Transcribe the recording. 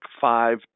five